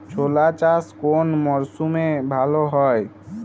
ছোলা চাষ কোন মরশুমে ভালো হয়?